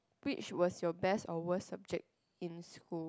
which was your best or worst subject in school